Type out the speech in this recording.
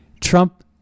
Trump